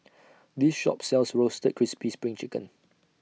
This Shop sells Roasted Crispy SPRING Chicken